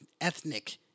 ethnic